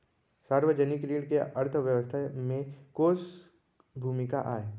सार्वजनिक ऋण के अर्थव्यवस्था में कोस भूमिका आय?